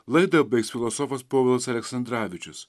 laidą baigs filosofas povilas aleksandravičius